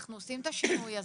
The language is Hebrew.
אנחנו עושים את השינוי הזה,